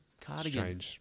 cardigan